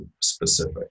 specific